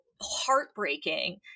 heartbreaking